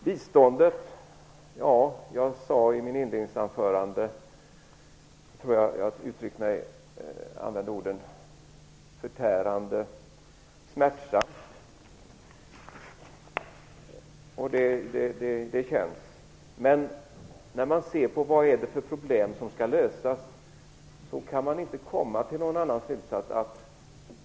Biståndet: Ja, jag sade i mitt inledningsanförande, jag tror jag använde orden "förtärande smärtsamt". Det känns! Men när man ser på vad det är för problem som skall lösas kan man inte komma till någon annan slutsats.